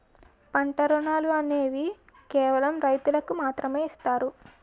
పంట రుణాలు అనేవి కేవలం రైతులకు మాత్రమే ఇస్తారు